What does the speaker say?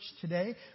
today